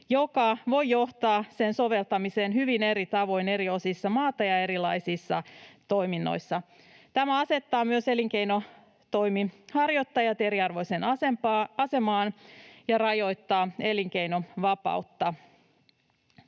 joka voi johtaa sen soveltamiseen hyvin eri tavoin eri osissa maata ja erilaisissa toiminnoissa. Tämä asettaa myös elinkeinonharjoittajat eriarvoiseen asemaan ja rajoittaa elinkeinonvapautta.